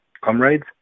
Comrades